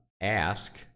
ask